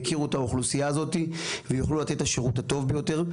יכירו את האוכלוסייה הזאת ויוכלו לתת את השירות הטוב שיותר.